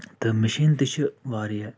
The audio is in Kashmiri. تہٕ مِشیٖن تہِ چھِ واریاہ